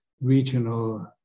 regional